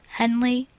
henley,